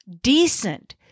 decent